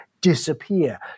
disappear